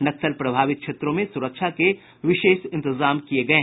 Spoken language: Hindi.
नक्सल प्रभावित क्षेत्रों में सुरक्षा के विशेष इंतजाम किये गये हैं